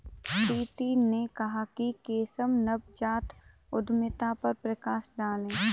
प्रीति ने कहा कि केशव नवजात उद्यमिता पर प्रकाश डालें